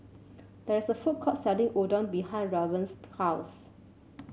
there's a food court selling Udon behind Raven's house